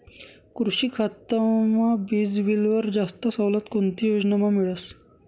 कृषी खातामा वीजबीलवर जास्त सवलत कोणती योजनामा मिळस?